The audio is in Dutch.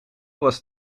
was